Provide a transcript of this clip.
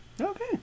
okay